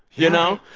you know,